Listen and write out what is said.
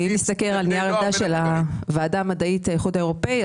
אם נסתכל על נייר העמדה של הוועדה המדעית לאיחוד האירופאי,